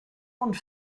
und